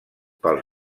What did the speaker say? pels